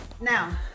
now